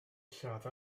lladd